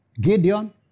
Gideon